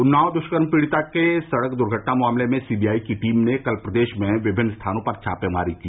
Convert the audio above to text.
उन्नाव दुष्कर्म पीड़िता के सड़क दुर्घटना मामले में सीबीआई की टीम ने कल प्रदेश में विमिन्न स्थानों पर छापेमारी की